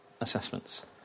assessments